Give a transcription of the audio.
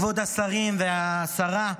כבוד השרים והשרה,